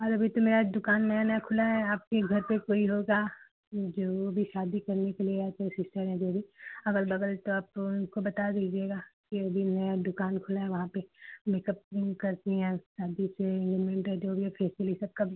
अरे अभी तो मेरा दुकान नया नया खुला है आपके घर पर कोइ होगा जो भी शादी करने के लिए जो सिस्टर ये जो भी अगल बगल का कोई को बता दीजिएगा ये भी नया दुकान खुला है वहाँ पर मेकप करती है शांति से फेसियल ये सब का भी